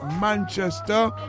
Manchester